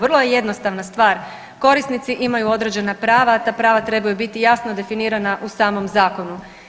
Vrlo je jednostavna stvar, korisnici imaju određena prava, a ta prava trebaju biti jasno definirana u samom zakonu.